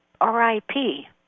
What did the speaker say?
R-I-P